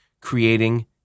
creating